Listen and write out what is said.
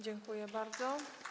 Dziękuję bardzo.